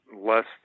less